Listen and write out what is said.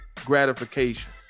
gratification